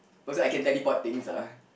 oh so I can teleport things ah